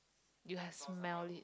you have smelly